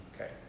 Okay